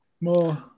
More